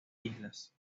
islas